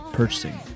purchasing